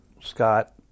Scott